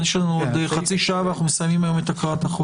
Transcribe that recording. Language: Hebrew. יש לנו עוד חצי שעה ואנחנו מסיימים היום את הקראת החוק.